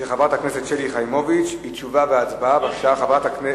אנחנו נעבור, אם כך, להצעת חוק התניית